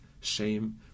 shame